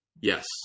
Yes